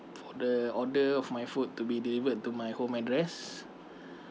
for the order of my food to be delivered to my home address